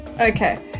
Okay